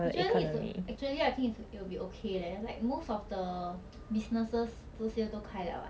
actually it's actually I think it's it will be okay leh like most of the businesses 这些都开 liao [what]